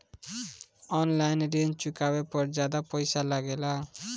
आन line ऋण चुकावे पर ज्यादा पईसा लगेला?